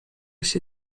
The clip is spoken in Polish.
się